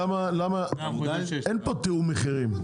אין פה תיאום מחירים,